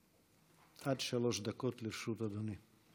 עד שלוש דקות לרשות אדוני.